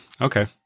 Okay